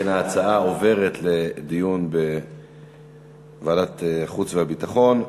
ההצעה עוברת לדיון בוועדת החוץ והביטחון.